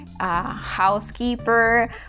housekeeper